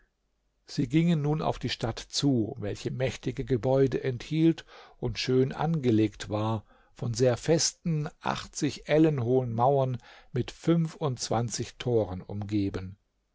sie gingen nun auf die stadt zu welche mächtige gebäude enthielt und schön angelegt war von sehr festen achtzig ellen hohen mauern mit fünfundzwanzig toren umgeben